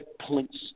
points